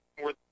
more